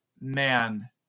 man